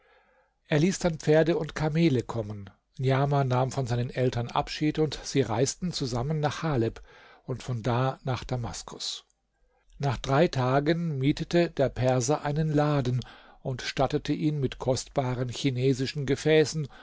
er ließ dann pferde und kamele kommen niamah nahm von seinen eltern abschied und sie reisten zusammen nach haleb und von da nach damaskus nach drei tagen mietete der perser einen laden und stattete ihn mit kostbaren chinesischen gefäßen